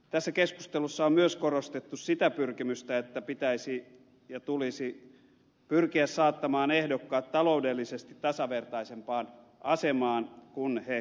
tässä keskustelussa on myös korostettu sitä pyrkimystä että pitäisi ja tulisi pyrkiä saattamaan ehdokkaat taloudellisesti tasavertaisempaan asemaan kun he käyvät kampanjaa